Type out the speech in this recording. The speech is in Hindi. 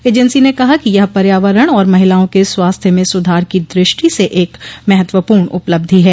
एजेंसी ने कहा कि यह पर्यावरण और महिलाओं के स्वास्थ्य में सुधार की दृष्टि से एक महत्वपूर्ण उपलब्धि है